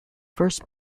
first